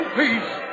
peace